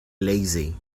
lazy